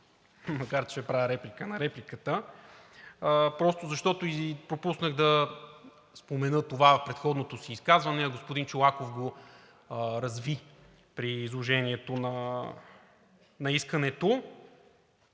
макар че правя реплика на репликата, просто защото пропуснах да спомена това в предходното си изказване, а господин Чолаков го разви при изложението на искането.